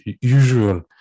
usual